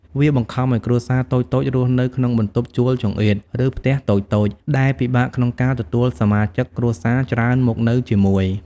វាបង្ខំឱ្យគ្រួសារតូចៗរស់នៅក្នុងបន្ទប់ជួលចង្អៀត ឬផ្ទះតូចៗ ដែលពិបាកក្នុងការទទួលសមាជិកគ្រួសារច្រើនមកនៅជាមួយ។